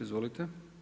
Izvolite.